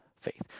faith